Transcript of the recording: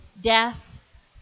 death